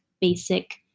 basic